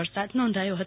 વરસાદ નોંધાયો હતો